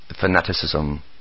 fanaticism